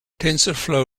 tensorflow